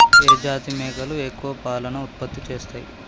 ఏ జాతి మేకలు ఎక్కువ పాలను ఉత్పత్తి చేస్తయ్?